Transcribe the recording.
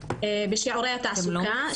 בשיעורי התעסוקה.